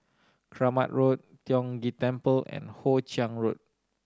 Kramat Road Tiong Ghee Temple and Hoe Chiang Road